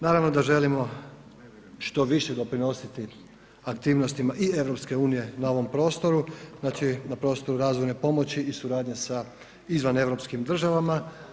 Naravno da želimo što više doprinositi aktivnosti i EU na ovom prostoru, znači na prostoru razvojne pomoći i suradnje sa izvaneuropskim državama.